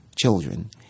children